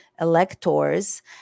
electors